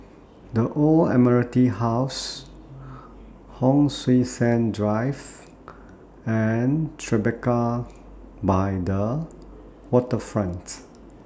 The Old Admiralty House Hon Sui Sen Drive and Tribeca By The Waterfronts